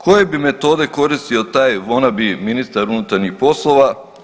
Koje bi metode koristio taj wanna be ministar unutarnjih poslova?